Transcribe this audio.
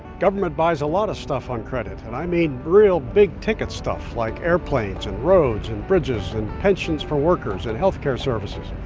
government buys a lot of stuff on credit, and i mean real big-ticket stuff like airplanes and roads, and bridges and pensions for workers, and healthcare services.